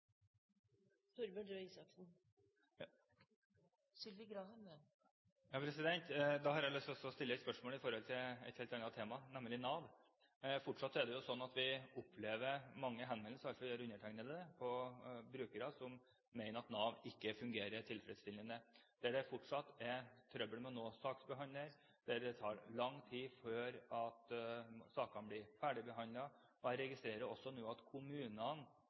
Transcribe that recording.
Da har jeg lyst til å stille et spørsmål om et annet tema, nemlig Nav. Fortsatt er det jo sånn at vi opplever mange henvendelser – iallfall gjør undertegnede det – fra brukere som mener at Nav ikke fungerer tilfredsstillende, at det fortsatt er trøbbel med å nå saksbehandler, at det tar lang tid før sakene blir ferdigbehandlet. Jeg registrerer også nå at kommunene